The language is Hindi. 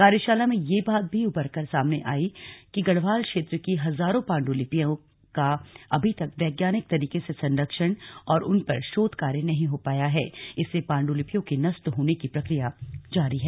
कार्यशाला में यह बात भी उभर कर सामने आई कि गढ़वाल क्षेत्र की हजारों पांडुलिपियों का अभी तक वैज्ञानिक तरीके से संरक्षण और उन पर शोध कार्य नहीं हो पाया है इससे पांडुलिपियों के नष्ट होने की प्रक्रिया जारी है